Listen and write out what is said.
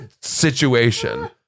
situation